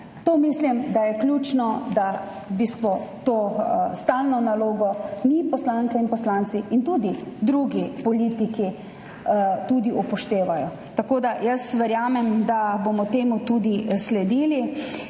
Mislim, da je ključno, da to stalno nalogo mi poslanke in poslanci in tudi drugi politiki upoštevamo. Verjamem, da bomo temu tudi sledili.